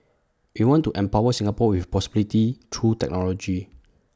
we want to empower Singapore with possibilities through technology